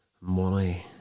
Money